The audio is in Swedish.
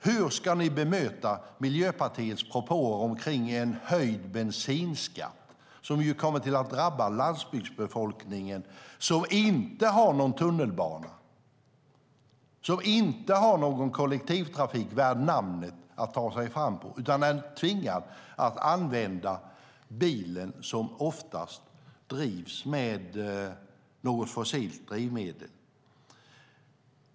Hur ska ni bemöta Miljöpartiets propåer om en höjd bensinskatt, som ju kommer att drabba landsbygdsbefolkningen, som inte har någon tunnelbana, som inte har någon kollektivtrafik värd namnet att ta sig fram med utan är tvingad att använda bilen, som oftast drivs med något fossilt drivmedel?